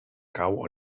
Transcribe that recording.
cau